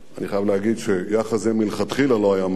אני חייב להגיד שיחס זה מלכתחילה לא היה מזהיר.